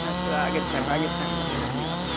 अस्तु आगच्छामि आगच्छामि महोदय धन्यवादः